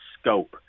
scope